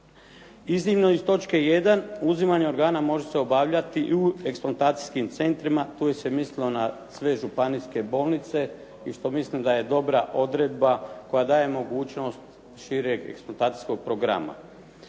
Iznimno iz točke 1. uzimanje organa može se obavljati i u eksplantacijskim centrima, tu se je mislilo na sve županijske bolnice i što mislim da je dobra odredba koja daje mogućnost šireg eksplantacijskog programa.